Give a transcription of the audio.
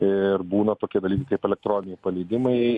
ir būna tokie dalykai tokie kaip elektroniniai paleidimai